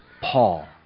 Paul